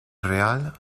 real